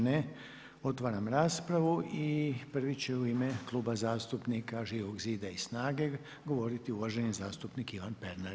Ne, otvaram raspravu i prvi će u ime Kluba zastupnika Živog zida i SNAGA-e govoriti uvaženi zastupnik Ivan Pernar.